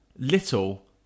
little